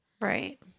right